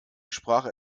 sprache